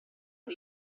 per